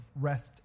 rest